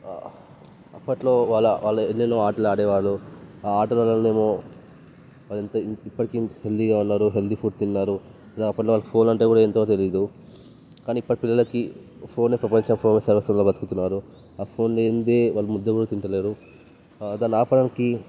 అప్పట్లో వాళ్ళ వాళ్ళు ఎన్నెన్నో ఆటలు ఆడేవారు ఆ ఆటలు ఆడడంలో వాళ్ళు ఎంతో ఇప్పటికి హెల్దీగా ఉన్నారు హెల్దీ ఫుడ్ తిన్నారు అప్పటి వాళ్ళకి ఫోన్ అంటే కూడా ఏంటో తెలియదు కానీ ఇప్పటి పిల్లలకి ఫోనే ప్రపంచం ఫోనే సర్వస్వంగా బ్రతుకుతున్నారు ఆ ఫోన్ లేనిదే వాళ్ళు ముద్ద కూడా తింటలేరు దాన్ని ఆపడానికి